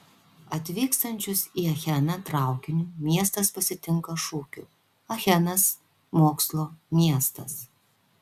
atvykstančius į acheną traukiniu miestas pasitinka šūkiu achenas mokslo miestas